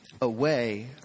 away